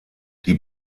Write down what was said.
die